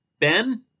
Ben